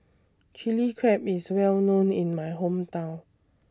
Chilli Crab IS Well known in My Hometown